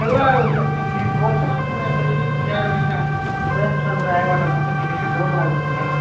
ହେଲା ଏ ଦୁଇ ତିନିି ଦିନ ବର୍ଷା କି ନାହିଁ ବେଶୀ ସିଆଡ଼େ ପଇସା ଟ୍ରେନ୍ ଫ୍ରେନରେ ଆଇ ବାଟା ମୋତେ ଟିକେ ଡର ଲାଗୁଥିଲା